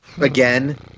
Again